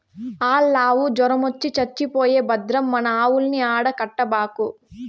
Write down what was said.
ఆల్లావు జొరమొచ్చి చచ్చిపోయే భద్రం మన ఆవుల్ని ఆడ కట్టబాకు